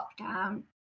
lockdown